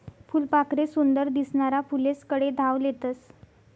फुलपाखरे सुंदर दिसनारा फुलेस्कडे धाव लेतस